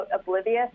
oblivious